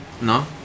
No